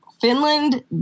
Finland